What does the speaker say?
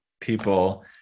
people